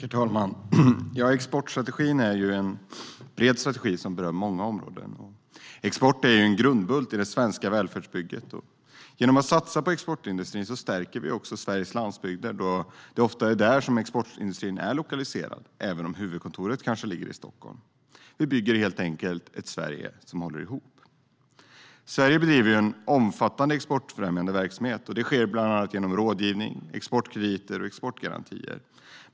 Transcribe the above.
Herr talman! Exportstrategin är en bred strategi som berör många områden. Export är en grundbult i det svenska välfärdsbygget. Genom att satsa på exportindustrin stärker vi också Sveriges landsbygder, då det ofta är där exportindustrin är lokaliserad, även om huvudkontoret kanske ligger i Stockholm. Vi bygger helt enkelt ett Sverige som håller ihop. Sverige bedriver en omfattande exportfrämjande verksamhet. Det sker bland annat genom rådgivning, exportkrediter och exportgarantier.